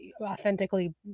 authentically